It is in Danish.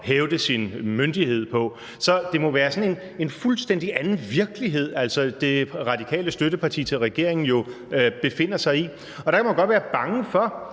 hævde deres myndighed. Det må derfor være en fuldstændig anden virkelighed, som det radikale støtteparti til regeringen befinder sig i. Og der kan jeg godt være bange for,